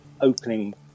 opening